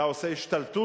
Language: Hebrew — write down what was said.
אתה עושה השתלטות